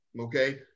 okay